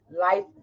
life